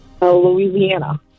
Louisiana